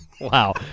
wow